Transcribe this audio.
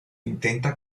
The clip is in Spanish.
intenta